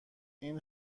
این